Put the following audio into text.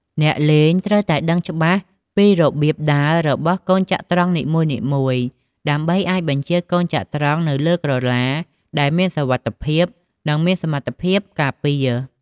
អ្នកលេងត្រូវតែដឹងច្បាស់ពីរបៀបដើររបស់កូនចត្រង្គនីមួយៗ ដើម្បីអាចបញ្ជាកូនចត្រង្គនៅលើក្រឡាដែលមានសុវត្ថិភាព និងមានសមត្ថភាពការពារ។